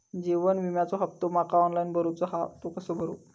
जीवन विम्याचो हफ्तो माका ऑनलाइन भरूचो हा तो कसो भरू?